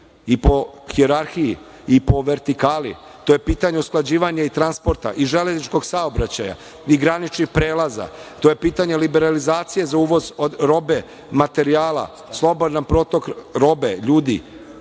i po hijerarhiji, i po vertikali, to je pitanje usklađivanja i transporta i železničkog saobraćaja i graničnih prelaza, to je pitanje liberalizacije za uvoz robe, materijala, slobodan protok robe, ljudi,